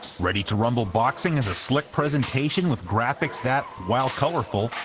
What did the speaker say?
ready two rumble boxing has a slick presentation with graphics that, while colorful,